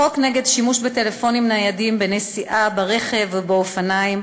החוק נגד השימוש בטלפונים ניידים בנסיעה ברכב ובאופניים,